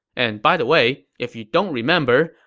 and by the way, if you don't remember,